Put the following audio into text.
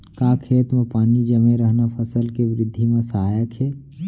का खेत म पानी जमे रहना फसल के वृद्धि म सहायक हे?